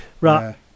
Right